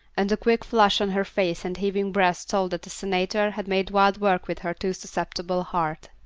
and the quick flush on her face and heaving breast told that the senator had made wild work with her too susceptible heart.